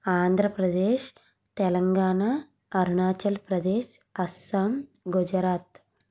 Andhra Pradesh Telangana Arunachal Pradesh Assam Gujarat